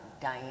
Diane